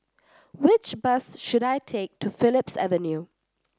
which bus should I take to Phillips Avenue